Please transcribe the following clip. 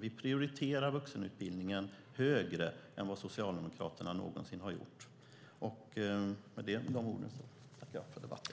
Vi prioriterar vuxenutbildningen högre än vad Socialdemokraterna någonsin har gjort. Med dessa ord tackar jag för debatten.